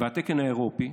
"והתקן האירופי,